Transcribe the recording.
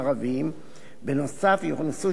בנוסף, יוכנסו שיפורים נוספים,